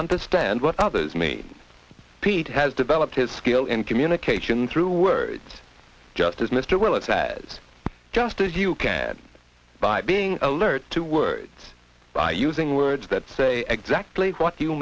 understand what others me pete has developed his skill in communication through words just as mr willis has just as you can by being alone two words by using words that say exactly what you